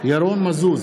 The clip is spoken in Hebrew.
ירון מזוז,